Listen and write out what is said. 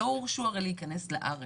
לא הורשו הרי להיכנס לארץ,